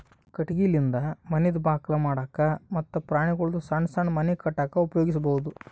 ಕಟಗಿಲಿಂದ ಮನಿದ್ ಬಾಕಲ್ ಮಾಡಕ್ಕ ಮತ್ತ್ ಪ್ರಾಣಿಗೊಳ್ದು ಸಣ್ಣ್ ಸಣ್ಣ್ ಮನಿ ಕಟ್ಟಕ್ಕ್ ಉಪಯೋಗಿಸಬಹುದು